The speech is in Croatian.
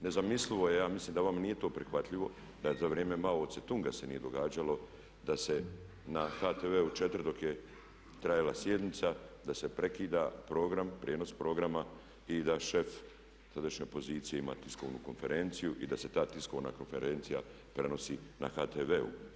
Nezamislivo je, ja mislim da vama nije to prihvatljivo, da za vrijeme Mao Tse Tunga se nije događalo da se na HTV 4 dok je trajala sjednica da se prekida program, prijenos programa i da šef tadašnje pozicije ima tiskovnu konferenciju i da se ta tiskovna konferencija prenosi na HTV-u.